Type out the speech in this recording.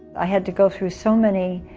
i had to go through so many,